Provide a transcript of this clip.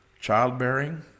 childbearing